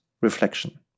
reflection